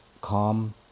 calm